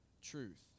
truth